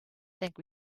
think